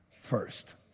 first